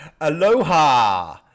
Aloha